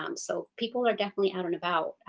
um so people are definitely out and about